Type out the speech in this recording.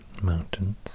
mountains